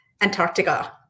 Antarctica